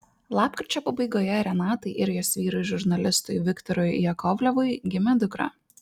lapkričio pabaigoje renatai ir jos vyrui žurnalistui viktorui jakovlevui gimė dukra